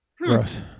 Gross